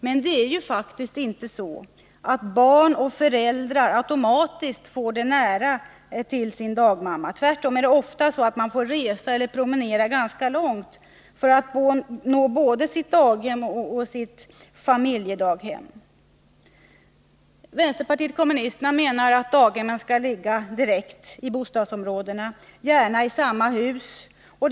Men det är ju faktiskt inte så att barn och föräldrar automatiskt får nära till dagmamman. Tvärtom får de ofta resa eller promenera ganska långt för att nå både sitt daghem och sitt familjedaghem. Vänsterpartiet kommunisterna menar att daghemmen skall ligga i bostadsområdet, gärna i samma hus som bostaden.